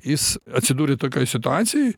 jis atsidūrė tokioj situacijoj